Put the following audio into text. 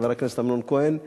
חבר הכנסת אמנון כהן,